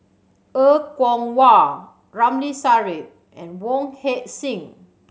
Er Kwong Wah Ramli Sarip and Wong Heck Sing